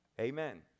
Amen